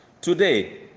Today